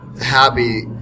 happy